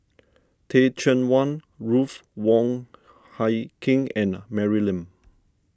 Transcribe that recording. Teh Cheang Wan Ruth Wong Hie King and Mary Lim